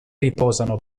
riposano